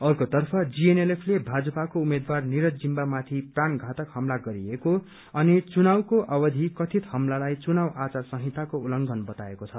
अर्कोतर्फ जीएनएलएफले भाजपाको उम्मेद्वार निरज जिम्बामाथि प्राणधातक हमला गरिएको अनि चुनावको अवधि कथित हमलालाई चुनाव आचार संहिताको उल्लंघन बताएको छ